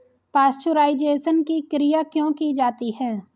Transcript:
Pasteurisation की क्रिया क्यों की जाती है?